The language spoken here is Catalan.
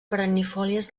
perennifòlies